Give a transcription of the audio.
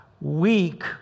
Weak